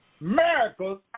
miracles